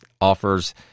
offers